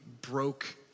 broke